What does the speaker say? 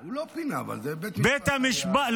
הוא לא פינה, זה בית המשפט.